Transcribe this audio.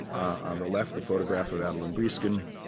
on the left, the photograph of adelyn breeskin,